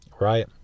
right